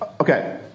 okay